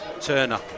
Turner